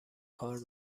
کار